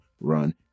run